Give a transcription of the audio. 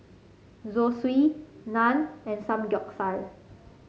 Zosui Naan and Samgyeopsal